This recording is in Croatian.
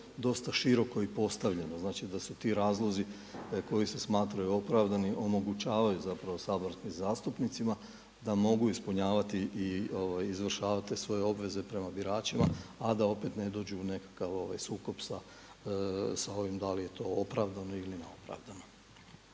dosta široko i postavljeno, znači da su ti razlozi koji se smatraju opravdanim omogućavaju zapravo saborskim zastupnicima da mogu ispunjavati i izvršavati te svoje obveze prema biračima a da opet ne dođu u nekakav sukob sa ovim da li je to opravdano ili neopravdano.